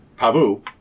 Pavu